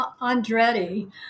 Andretti